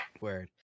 word